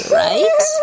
right